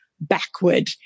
backward